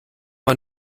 man